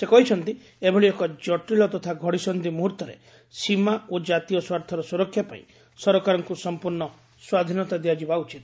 ସେ କହିଛନ୍ତି ଏଭଳି ଏକ କଟିଳ ତଥା ଘଡ଼ିସନ୍ଧି ମ୍ରହର୍ତ୍ତରେ ସୀମା ଓ ଜାତୀୟ ସ୍ୱାର୍ଥର ସ୍ରରକ୍ଷା ପାଇଁ ସରକାରଙ୍କ ସମ୍ପର୍ଣ୍ଣ ସ୍ୱାଧୀନତା ଦିଆଯିବା ଉଚିତ